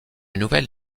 nouvelle